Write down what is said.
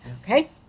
Okay